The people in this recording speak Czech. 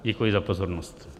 Děkuji za pozornost.